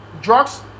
drugs